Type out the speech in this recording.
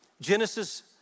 Genesis